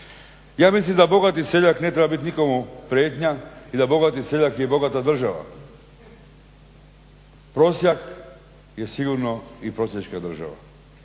Ja mislim da bogati seljak ne treba biti nikome prijetnja i da bogati seljak je bogata država. Prosjak je sigurno i prosjačka država.